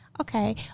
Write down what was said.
Okay